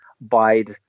bide